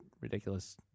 ridiculous